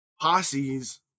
posses